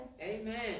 Amen